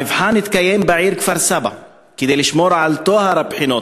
המבחן התקיים בעיר כפר-סבא כדי לשמור על טוהר הבחינות,